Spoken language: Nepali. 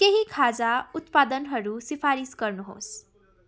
केही खाजा उत्पादनहरू सिफारिस गर्नुहोस्